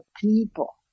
people